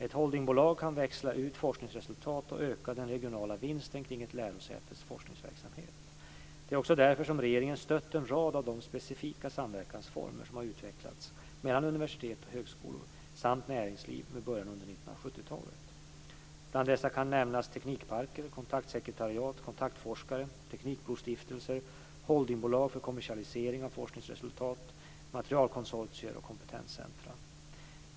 Ett holdingbolag kan växla ut forskningsresultat och öka den regionala vinsten kring ett lärosätes forskningsverksamhet. Det är också därför som regeringen stött en rad av de specifika samverkansformer som har utvecklats mellan universitet och högskolor samt näringsliv med början under 1970-talet. Bland dessa kan nämnas teknikparker, kontaktsekretariat, kontaktforskare, teknikbrostiftelser, holdingbolag för kommersialisering av forskningsresultat, materialkonsortier och kompetenscentrum.